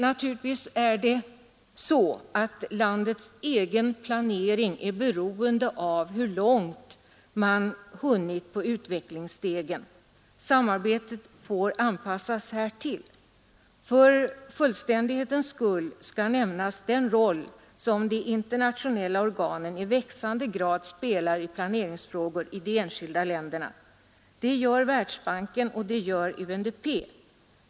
Naturligtvis är landets egen planering beroende av hur långt man har hunnit på utvecklingsstegen, och samarbetet får anpassas härefter. För fullständighetens skull skall också nämnas den roll som de internationella organen i växande grad spelar i planeringsfrågor i de enskilda länderna, t.ex. Världsbanken och UNDP.